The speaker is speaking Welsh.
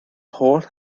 holl